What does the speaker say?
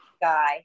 guy